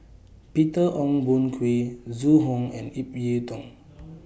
Peter Ong Boon Kwee Zhu Hong and Ip Yiu Tung